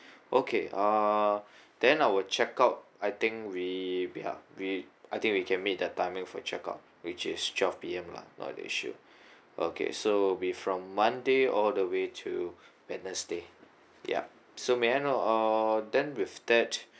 okay uh then I will check out I think we we are we I think we can meet the timing for checkout which is twelve P_M lah not an issue okay so it'd be from monday all the way to wednesday yup so may I know uh then with that